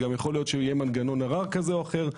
גם יכול להיות שיהיה מנגנון ערר כזה או אחר,